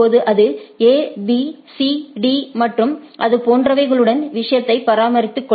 அது A B C D மற்றும் அது போன்றவைகளுடன் விஷயத்தை பரிமாறிக்கொள்ளும்